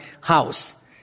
house